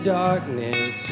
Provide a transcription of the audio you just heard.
darkness